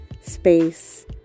Space